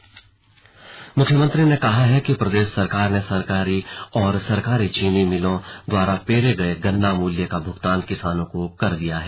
slug CM गन्ना किसान मुख्यमंत्री ने कहा है कि प्रदेश सरकार ने सहकारी और सरकारी चीनी मिलों द्वारा पेरे गये गन्ना मूल्य का भूगतान किसानों को कर दिया है